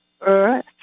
earth